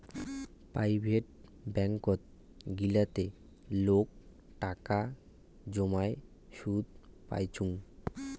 private ব্যাঙ্কত গিলাতে লোক টাকা জমাই সুদ পাইচুঙ